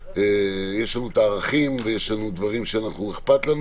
יש לנו את הערכים ויש לנו דברים שאכפת לנו